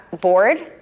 board